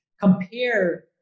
compare